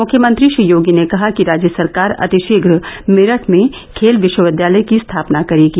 मुख्यमंत्री श्री योगी ने कहा कि राज्य सरकार अतिशीघ्र मेरठ में खेल विश्वविद्यालय की स्थापना करेगी